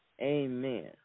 Amen